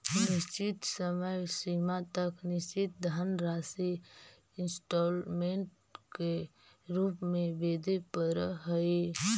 निश्चित समय सीमा तक निश्चित धनराशि इंस्टॉलमेंट के रूप में वेदे परऽ हई